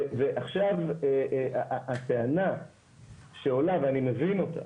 ועכשיו, הטענה שעולה, ואני מבין אותה,